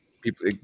People